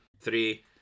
three